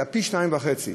אלא פי שניים וחצי,